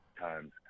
times